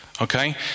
Okay